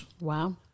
Wow